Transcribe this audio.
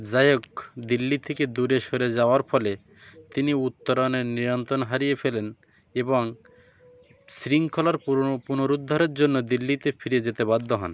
যাইহোক দিল্লি থেকে দূরে সরে যাওয়ার ফলে তিনি উত্তরণের নিয়ন্তণ হারিয়ে ফেলেন এবং শৃঙ্খলার পুনরু পুনরুদ্ধারের জন্য দিল্লিতে ফিরে যেতে বাধ্য হন